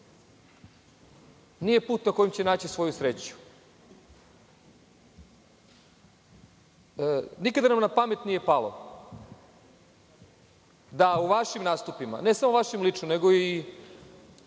nije put na kojem će naći svoju sreću. Nikada nam na pamet nije palo da u vašim nastupima, ne samo u vašim lično, nego i